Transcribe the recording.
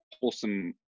wholesome